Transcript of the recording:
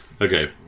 Okay